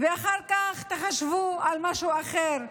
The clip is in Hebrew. ואחר כך תחשבו על משהו אחר: